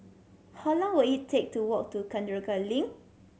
how long will it take to walk to Chencharu Link